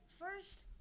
first